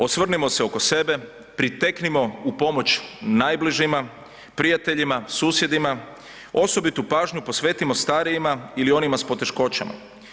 Osvrnimo se oko sebe, priteknimo u pomoć najbližima, prijateljima, susjedima, osobitu pažnju posvetimo starijima ili onima s poteškoćama.